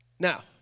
Now